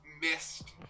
missed